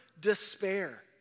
despair